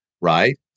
right